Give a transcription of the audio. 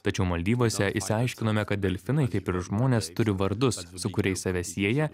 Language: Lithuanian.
tačiau maldyvuose išsiaiškinome kad delfinai kaip ir žmonės turi vardus su kuriais save sieja